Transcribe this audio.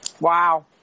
wow